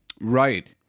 Right